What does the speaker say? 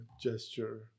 gesture